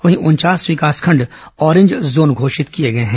वहीं उनचास विकासखंड ऑरेंज जोन घोषित किए गए हैं